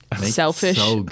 Selfish